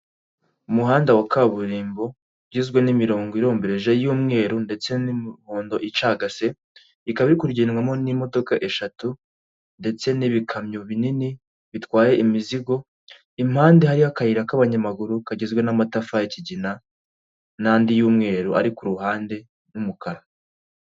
Umuhanda wa kaburimbo ugizwe n'imirongo irombereje y'umweru ndetse n'imihondo icagase, ikaba iri kugendwamo n'imodoka eshatu ndetse n'ibikamyo binini bitwaye imizigo, impande hari y'ayira k'abanyamaguru kagizwe n'amatafari y'ikigina n'andi y'umweru ari ku ruhande y'umukara.